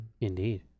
Indeed